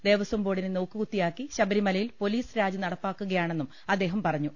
ദേവസ്വംബോർഡിനെ നോക്കുകുത്തിയാക്കി ശബരിമലയിൽ പൊലീസ്രാജ് നടപ്പാക്കുകയാ ണെന്നും അദ്ദേഹം പറഞ്ഞു